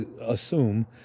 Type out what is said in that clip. assume